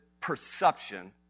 perception